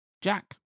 Jack